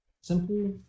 simple